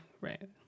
right